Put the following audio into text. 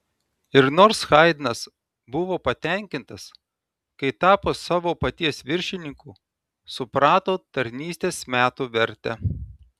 ir nors haidnas buvo patenkintas kai tapo savo paties viršininku suprato tarnystės metų vertę